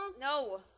No